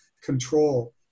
control